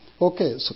Okay